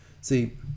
See